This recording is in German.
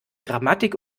grammatik